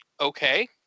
Okay